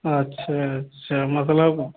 अच्छा अच्छा मतलब